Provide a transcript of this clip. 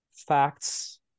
Facts